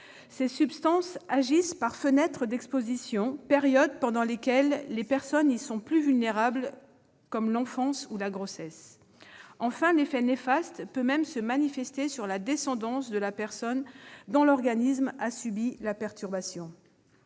ces substances agissent par fenêtres d'exposition, périodes pendant lesquelles les personnes y sont plus vulnérables, comme l'enfance ou la grossesse. Enfin, l'effet néfaste peut y compris se manifester sur la descendance de la personne dont l'organisme a subi la perturbation.